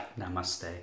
Namaste